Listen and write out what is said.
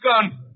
gun